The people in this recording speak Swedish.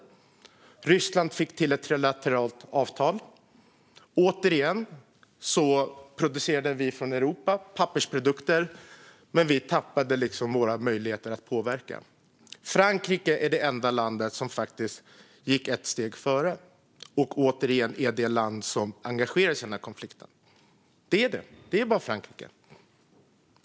Ryssland fick till ett trilateralt avtal. Återigen producerade vi från Europa pappersprodukter, men vi tappade våra möjligheter att påverka. Frankrike var det enda land som gick ett steg före och som återigen är det land som engagerar sig i denna konflikt. Det är bara Frankrike.